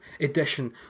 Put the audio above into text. edition